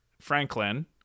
Franklin